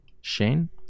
Shane